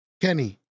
Kenny